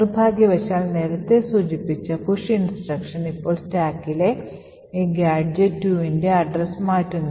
നിർഭാഗ്യവശാൽ നേരത്തെ സൂചിപ്പിച്ച push instruction ഇപ്പോൾ സ്റ്റാക്കിലെ ഈ gadget 2 ന്റെ address മാറ്റുന്നു